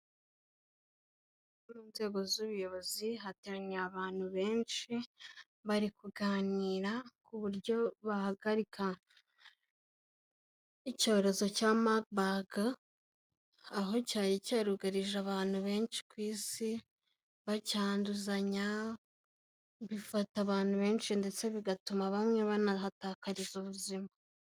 Abakuru mu nzego z'ubuyobozi hateraniye abantu benshi, bari kuganira ku buryo bahaga icyorezo cya Maburg, aho cyari cyarugarije abantu benshi ku isi bacyanduzanya, bifata abantu benshi ndetse bigatuma bamwe banahatakariza ubuzima.